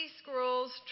squirrels